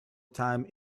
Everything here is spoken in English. time